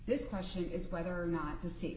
this question is whether or not to s